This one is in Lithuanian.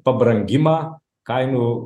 pabrangimą kainų